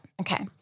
okay